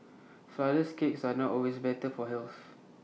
Flourless Cakes are not always better for health